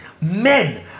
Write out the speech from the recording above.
men